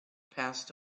passed